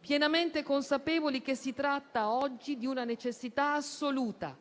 pienamente consapevoli che si tratta oggi di una necessità assoluta,